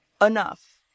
enough